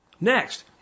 Next